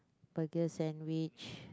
burger sandwich